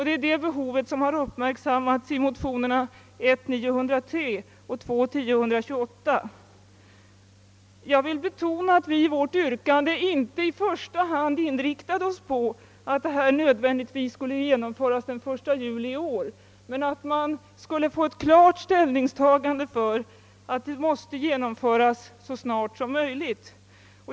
Det är detta behov som uppmärksammats i motionsparet I: 903 och II: 1028. Jag vill betona att vi i vårt yrkande där inte i första hand inriktat oss på att kraven nödvändigtvis skulle genomföras den 1 juli i år, men vi önskar få ett klart ställningstagande för att de skall realiseras så snart som möjligt.